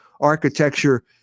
Architecture